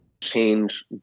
change